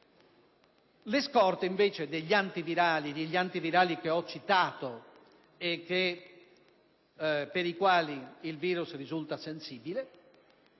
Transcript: Le scorte invece degli antivirali che ho citato, ai quali il virus risulta sensibile,